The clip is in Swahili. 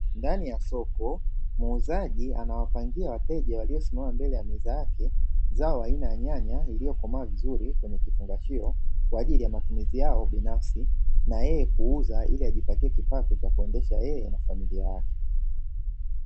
Ndani ya soko, muuzaji anawapangia wateja waliosimama mbele ya meza yake zao aina ya nyanya iliyokomaa vizuri kwenye vifungashio, kwa ajili ya matumizi yao binafsi na yeye kuuza ili ajipatie kipato cha kuendesha yeye na familia yake.